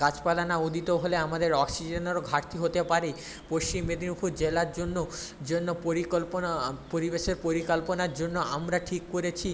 গাছপালা না উদিত হলে আমাদের অক্সিজেনেরও ঘাটতি হতে পারে পশ্চিম মেদিনীপুর জেলার জন্য জন্য পরিকল্পনা পরিবেশের পরিকাল্পনার জন্য আমরা ঠিক করেছি